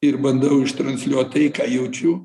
ir bandau ištransliuot tai ką jaučiu